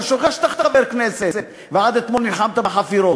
אתה שוכח שאתה חבר כנסת ועד אתמול נלחמת בחפירות.